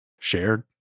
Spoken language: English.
Shared